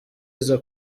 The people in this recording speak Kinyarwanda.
iza